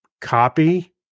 copy